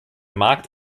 markt